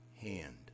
hand